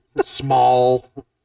small